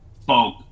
folk